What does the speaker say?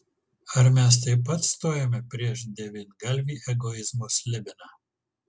ar mes taip pat stojome prieš devyngalvį egoizmo slibiną